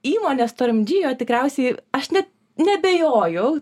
įmonės toramdžijo tikriausiai aš net neabejojau